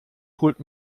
holt